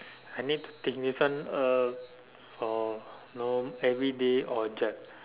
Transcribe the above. I need to think this one uh for norm everyday object